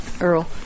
Earl